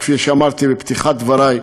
וכפי שאמרתי בפתיחת דברי,